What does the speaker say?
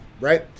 right